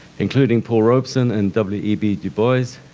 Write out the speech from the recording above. including paul robeson and w e. b. dubois,